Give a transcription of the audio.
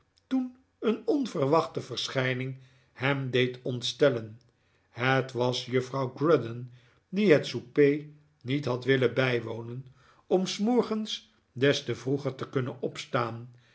toen een onverwachte verschijning hem deed ontstellen het was juffrouw grudden die het souper niet had willen bijwonen om s morgens des te vroeger te kunnen opstaan